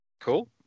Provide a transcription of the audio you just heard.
Cool